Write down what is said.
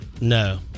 No